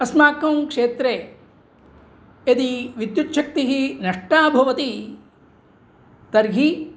अस्माकं क्षेत्रे यदि विद्युच्छक्तिः नष्टा भवति तर्हि